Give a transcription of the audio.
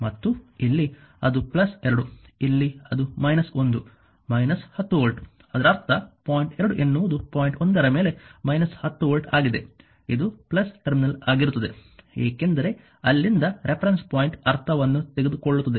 ಮತ್ತು ಇಲ್ಲಿ ಅದು 2 ಇಲ್ಲಿ ಅದು −1 −10 ವೋಲ್ಟ್ ಅದರ ಅರ್ಥ ಪಾಯಿಂಟ್ 2 ಎನ್ನುವುದು ಪಾಯಿಂಟ್ 1 ರ ಮೇಲೆ 10 ವೋಲ್ಟ್ ಆಗಿದೆ ಇದು ಟರ್ಮಿನಲ್ ಆಗಿರುತ್ತದೆ ಏಕೆಂದರೆ ಅಲ್ಲಿಂದ ರೆಫರೆನ್ಸ್ ಪಾಯಿಂಟ್ ಅರ್ಥವನ್ನು ತೆಗೆದುಕೊಳ್ಳುತ್ತದೆ